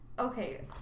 Okay